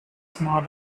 smaller